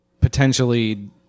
potentially